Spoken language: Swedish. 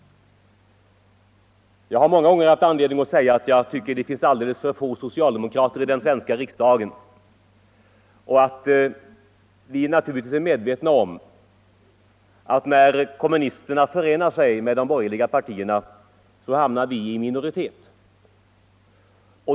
Jag har många gånger haft anledning att säga att det finns alldeles för få socialdemokrater i den svenska riksdagen och att vi naturligtvis är medvetna om att vi hamnar i minoritet när kommunisterna förenar sig med de borgerliga partierna.